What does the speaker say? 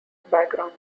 background